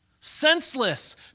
senseless